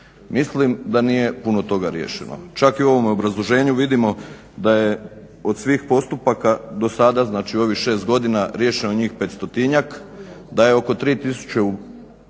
Mislim da nije puno toga riješeno. Čak i u ovom obrazloženju vidimo da je od svih postupaka do sada, znači u ovih šest godina riješeno njih petstotinjak, da je oko 3000